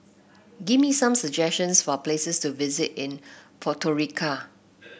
give me some suggestions for places to visit in Podgorica